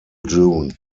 june